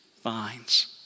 finds